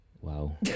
Wow